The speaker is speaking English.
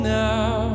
now